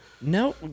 No